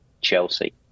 Chelsea